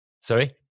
sorry